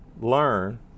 learn